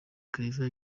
claver